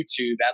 YouTube